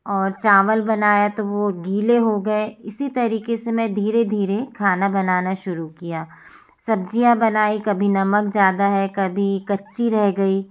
और चावल बनाया तो वो गीले हो गए इसी तरीक़े से मैं धीरे धीरे खाना बनाना शुरु किया सब्ज़ियाँ बनाई कभी नमक ज़्यादा है कभी कच्ची रह गई